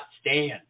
stand